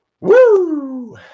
Woo